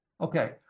Okay